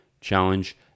challenge